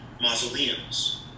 mausoleums